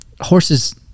horses